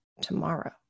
tomorrow